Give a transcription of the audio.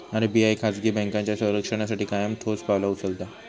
RBI खाजगी बँकांच्या संरक्षणासाठी कायम ठोस पावला उचलता